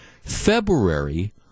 February